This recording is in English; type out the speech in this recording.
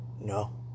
No